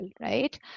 right